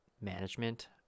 management